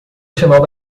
final